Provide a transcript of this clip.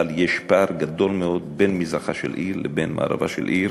אבל יש פער גדול מאוד בין מזרחה של העיר לבין מערבה של העיר.